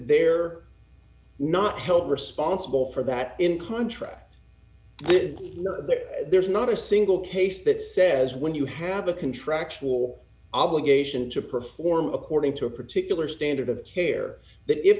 they're not held responsible for that in contract it is not that there's not a single case that says when you have a contractual obligation to perform according to a particular standard of care that if